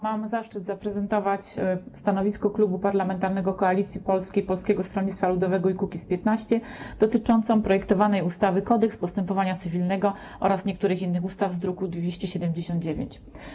Mam zaszczyt zaprezentować stanowisko Klubu Parlamentarnego Koalicji Polskiej - Polskiego Stronnictwa Ludowego - Kukiz15 dotyczące projektowanej ustawy - Kodeks postępowania cywilnego oraz niektórych innych ustaw, druk nr 279.